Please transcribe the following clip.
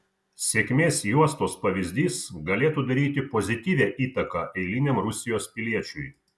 sėkmės juostos pavyzdys galėtų daryti pozityvią įtaką eiliniam rusijos piliečiui